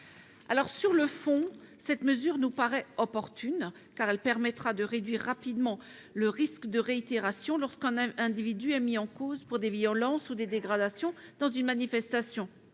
Sur le fond, cette mesure nous paraît opportune, car elle permettra de réduire rapidement le risque de réitération lorsqu'un individu est mis en cause pour des violences ou des dégradations dans une manifestation.